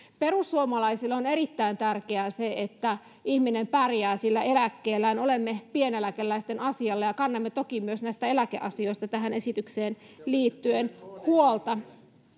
perussuomalaisille on erittäin tärkeää se että ihminen pärjää sillä eläkkeellään olemme pieneläkeläisten asialla ja kannamme toki myös näistä eläkeasioista tähän esitykseen liittyen huolta